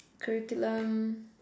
curriculum